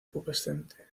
pubescente